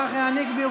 צחי הנגבי,